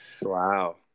wow